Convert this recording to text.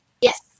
Yes